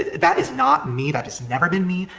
that is not me, that has never been me,